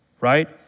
right